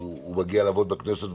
הוא מגיע לעבוד בכנסת,